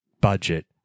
budget